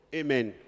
amen